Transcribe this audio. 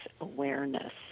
awareness